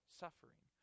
suffering